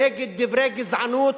נגד דברי גזענות,